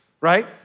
right